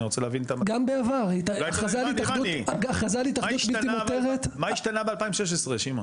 רוצה להבין -- גם בעבר -- מה השתנה ב-2016 שמעון?